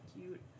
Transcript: cute